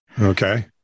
Okay